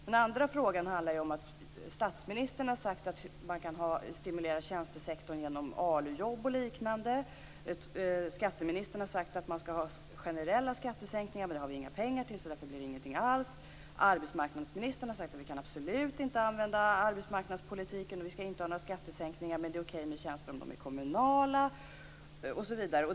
Den andra frågan handlade om att statsministern har sagt att man kan stimulera tjänstesektorn genom ALU-jobb och liknande. Sedan har skatteministern sagt att man skall ha generella skattesänkningar - men det har vi inga pengar till, så därför blir det ingenting alls. Arbetsmarknadsministern har sagt att vi absolut inte kan använda arbetsmarknadspolitiken och att vi inte skall ha några skattesänkningar men att det är okej med tjänster om de är kommunala.